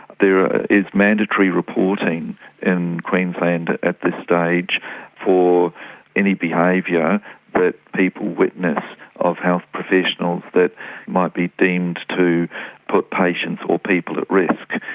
there is mandatory reporting in queensland at this stage for any behaviour that people witness of health professionals that might be deemed to put patients or people at risk.